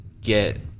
get